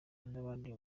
n’abandi